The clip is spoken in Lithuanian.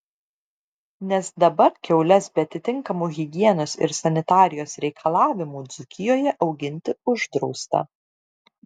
nes dabar kiaules be atitinkamų higienos ir sanitarijos reikalavimų dzūkijoje auginti uždrausta